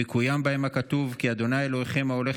ויקוים בהם הכתוב 'כי ה' אלהיכם ההלך